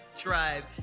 drive